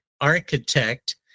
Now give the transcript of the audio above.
architect